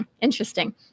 interesting